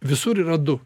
visur yra du